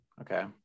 Okay